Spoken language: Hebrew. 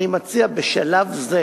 אני מציע בשלב זה